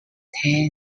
tai